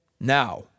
now